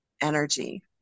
energy